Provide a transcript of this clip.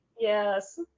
Yes